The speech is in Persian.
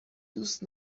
دوست